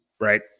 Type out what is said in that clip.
right